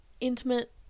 intimate